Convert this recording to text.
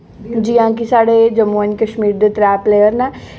जि'यां कि साढ़े जम्मू एंड कश्मीर दे त्रै प्लेयर न